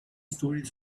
stories